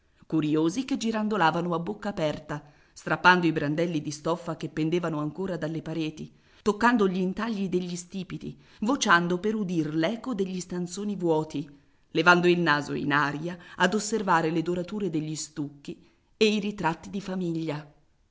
curiosi che girandolavano a bocca aperta strappando i brandelli di stoffa che pendevano ancora dalle pareti toccando gli intagli degli stipiti vociando per udir l'eco degli stanzoni vuoti levando il naso in aria ad osservare le dorature degli stucchi e i ritratti di famiglia